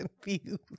confused